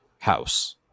house